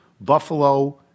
Buffalo